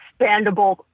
expandable